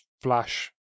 Flash